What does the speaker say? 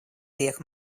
tiek